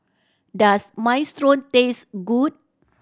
does Minestrone taste good